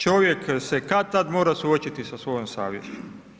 Čovjek se kad-tad mora suočiti sa svojom savješću.